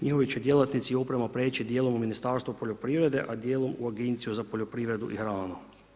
Njihovi će djelatnici upravo prijeći dijelom u Ministarstvo poljoprivrede, a dijelom u Agenciju za poljoprivredu i hranu.